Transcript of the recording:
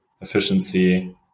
Efficiency